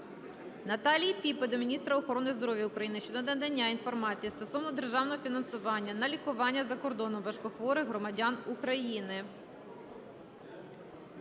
Наталії Піпи до міністра охорони здоров'я України щодо надання інформації стосовно державного фінансування на лікування за кордоном важкохворих громадян України.